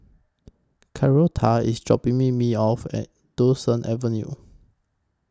Carlotta IS dropping Me Me off At Duchess Avenue